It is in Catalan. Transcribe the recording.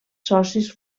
socis